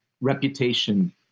reputation